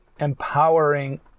empowering